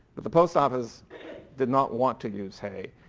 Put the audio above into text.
but the post office did not want to use haye.